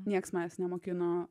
nieks manęs nemokino